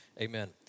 Amen